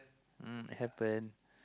uh happen